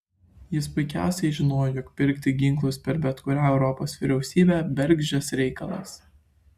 jis puikiausiai žinojo jog pirkti ginklus per bet kurią europos vyriausybę bergždžias reikalas